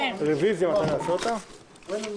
הישיבה ננעלה בשעה 12:50.